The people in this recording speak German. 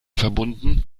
verbunden